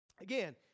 Again